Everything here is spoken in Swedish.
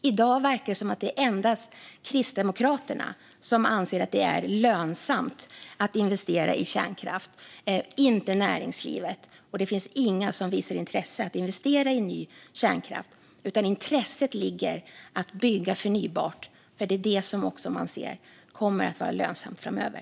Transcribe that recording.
I dag verkar endast Kristdemokraterna anse att det är lönsamt att investera i kärnkraft. Näringslivet verkar inte tycka det, och det finns ingen som visar intresse för att investera i ny kärnkraft. Intresset ligger i stället i att satsa på förnybart, eftersom det är det som kommer att vara lönsamt framöver.